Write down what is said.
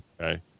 Okay